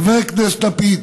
חבר הכנסת לפיד,